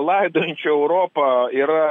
laidojančių europą yra